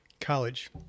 college